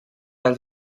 dels